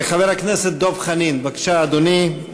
חבר הכנסת דב חנין, בבקשה, אדוני.